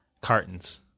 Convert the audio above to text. cartons